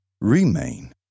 remain